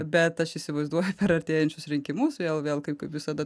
bet aš įsivaizduoju per artėjančius rinkimus vėl vėl kaip kaip visada